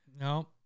No